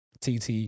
TT